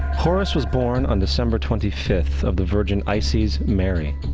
horus was born on december twenty fifth of the virgin isis-meri.